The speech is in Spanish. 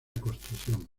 construcción